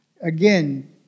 Again